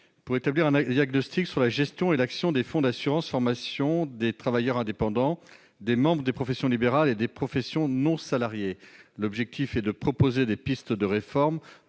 pour établir un diagnostic sur la gestion et l'action des fonds d'assurance formation des travailleurs indépendants, des membres des professions libérales et des professions non salariées. L'objectif est de proposer des pistes de réforme